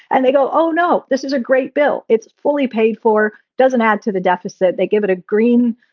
and they go, oh, no, this is a great bill. it's fully paid for. doesn't add to the deficit. they give it a green,